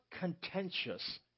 contentious